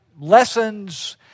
lessons